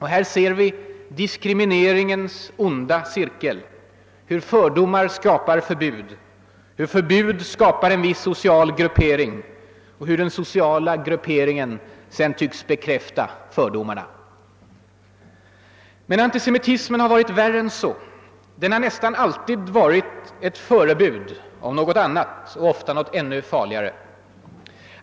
Här ser vi diskriminering, ens onda cirkel: hur fördomar skapar förbud, hur förbud skapar en viss social gruppering och hur den sociala grupperingen sedan tycks bekräfta fördomarna. Men antisemitismen har varit värre än så. Den har nästan alltid varit ett förebud om något annat och ofta något ännu farligare.